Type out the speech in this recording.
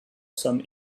some